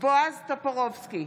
בועז טופורובסקי,